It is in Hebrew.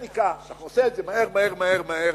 הטכניקה, אתה עושה את זה מהר מהר מהר מהר.